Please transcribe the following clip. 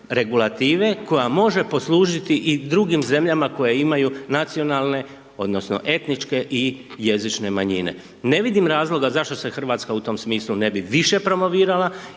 regulative koja može poslužiti i drugim zemljama koje imaju nacionalne odnosno etničke i jezične manjine. Ne vidim razloga zašto se Hrvatska u tom smislu ne bi više promovirala